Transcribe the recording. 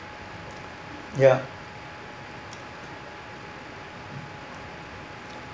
ya